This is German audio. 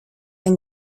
ein